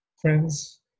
friends